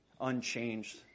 unchanged